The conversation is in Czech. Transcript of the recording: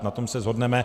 Na tom se shodneme.